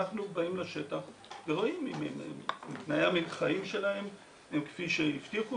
אנחנו באים לשטח ורואים אם תנאי החיים שלהם הם כפי שהבטיחו